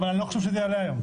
אבל אני לא חושב שזה יעלה היום.